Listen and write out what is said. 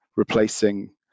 replacing